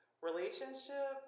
relationship